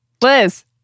Liz